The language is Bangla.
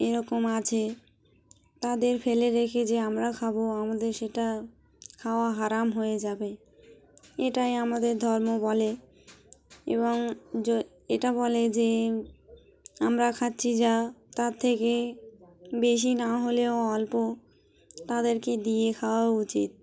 এরকম আছে তাদের ফেলে রেখে যে আমরা খাবো আমাদের সেটা খাওয়া আরারাম হয়ে যাবে এটাই আমাদের ধর্ম বলে এবং এটা বলে যে আমরা খাচ্ছি যা তার থেকে বেশি না হলেও অল্প তাদেরকে দিয়ে খাওয়া উচিত